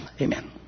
Amen